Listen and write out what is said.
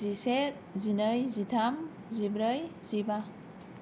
जिसे जिनै जिथाम जिब्रै जिबा